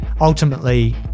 Ultimately